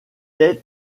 est